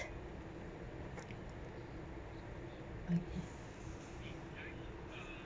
okay